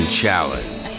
challenge